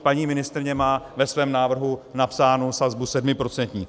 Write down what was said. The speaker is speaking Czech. Paní ministryně má ve svém návrhu napsánu sazbu sedmiprocentní.